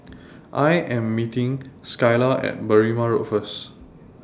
I Am meeting Skylar At Berrima Road First